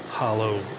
hollow